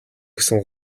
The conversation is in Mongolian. гэсэн